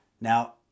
Now